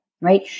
right